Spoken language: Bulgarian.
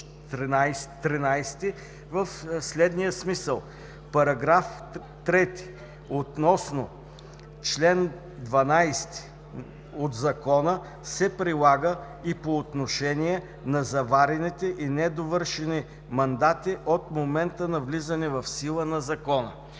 13 в следния смисъл: „§ 3 относно чл. 12 от Закона се прилага и по отношение на заварените и недовършени мандати от момента на влизане в сила на Закона“.